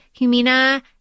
Humina